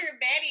Betty